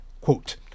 quote